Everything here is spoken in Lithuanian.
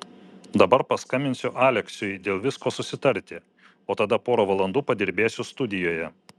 dabar paskambinsiu aleksiui dėl visko susitarti o tada porą valandų padirbėsiu studijoje